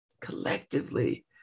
collectively